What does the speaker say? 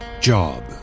job